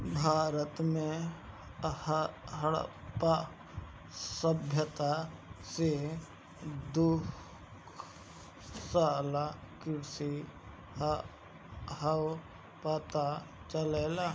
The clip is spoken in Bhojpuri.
भारत में हड़प्पा सभ्यता से दुग्धशाला कृषि कअ पता चलेला